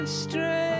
straight